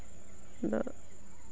ᱟᱫᱚ